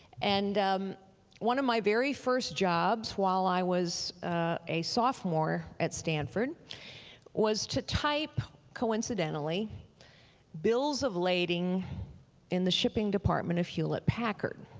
and one of my very first jobs while i was a sophomore at stanford was to type coincidentally bills of lading in the shipping department of hewlett packard.